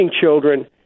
children